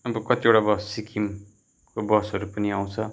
अब कतिवटा बस सिक्किमको बसहरू पनि आउँछ